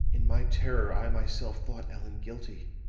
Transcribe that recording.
in my terror i myself thought allan guilty.